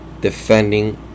defending